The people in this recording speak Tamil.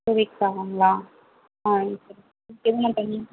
டூ வீக்ஸ் ஆகும்ங்களா ஆ சரி எப்போது டைமிங்